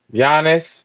Giannis